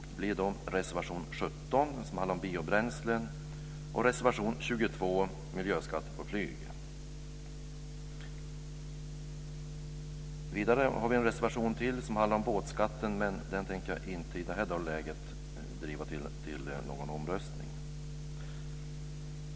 Det gäller reservation 17 om biobränslen och reservation 22 om miljöskatter på flyget. Vidare har vi ytterligare en reservation som handlar om båtskatten, men den tänker jag inte begära omröstning om.